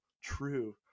true